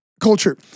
culture